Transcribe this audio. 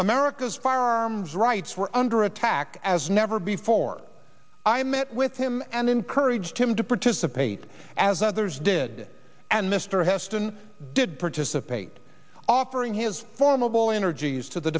firearms rights were under attack as never before i met with him and encouraged him to participate as others did and mr heston did participate offering his formidable energies to the